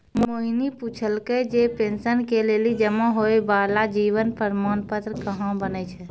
मोहिनी पुछलकै जे पेंशन के लेली जमा होय बाला जीवन प्रमाण पत्र कहाँ बनै छै?